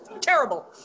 Terrible